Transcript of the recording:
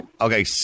Okay